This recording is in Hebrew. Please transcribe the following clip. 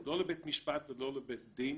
לא לבית משפט ולא לבית דין